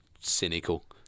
cynical